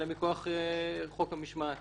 אלא מכוח חוק המשמעת